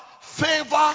favor